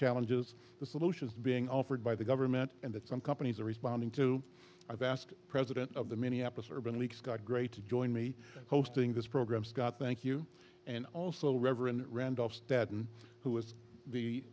challenges the solutions being offered by the government and that some companies are responding to i've asked president of the many apples or been leaks got great to join me hosting this program scott thank you and also reverend randolph staten who was the